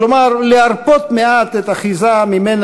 כלומר להרפות מעט את האחיזה במה